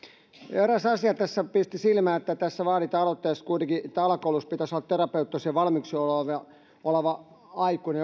eräs asia tässä pisti silmään tässä aloitteessa vaaditaan kuitenkin että jokaisessa alakoulussa pitäisi olla terapeuttisia valmiuksia omaava aikuinen